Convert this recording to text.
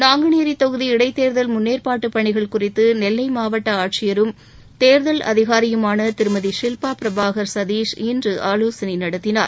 நாங்குநேரி தொகுதி இடைத்தேர்தல் முன்னேற்பாடு பணிகள் குறித்து நெல்லை மாவட்ட ஆட்சியரும் தேர்தல் அதிகாரியுமான திருமதி ஷில்பா பிரபாகர் சதீஷ் இன்று ஆலோசனை நடத்தினார்